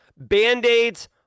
Band-Aids